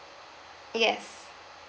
yes